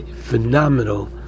phenomenal